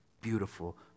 beautiful